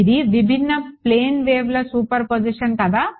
ఇది విభిన్న ప్లేన్ వెవ్ల సూపర్పొజిషన్ కదా